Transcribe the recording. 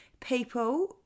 people